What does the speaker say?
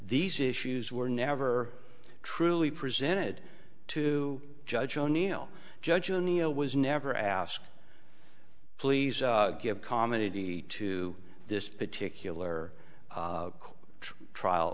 these issues were never truly presented to judge o'neil judge anea was never asked please give comedy to this particular trial